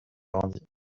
grandit